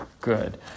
good